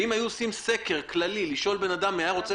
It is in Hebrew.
ואם היו עושים סקר כללי לשאול בן אדם אם הוא היה רוצה